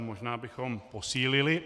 Možná bychom posílili.